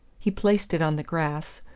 he placed it on the grass,